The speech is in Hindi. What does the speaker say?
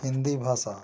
हिन्दी भाषा